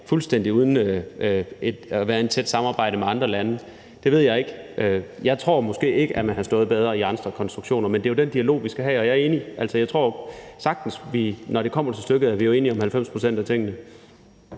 fuldstændig uden at være i et tæt samarbejde med andre lande? Det ved jeg ikke. Jeg tror måske ikke, at man havde stået bedre i andre konstruktioner. Men det er jo den dialog, vi skal have. Og jeg er enig – altså, når det kommer til stykket, er vi jo enige om 90 pct. af tingene.